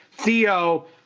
Theo